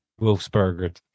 Wolfsburg